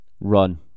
run